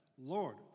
Lord